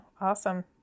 awesome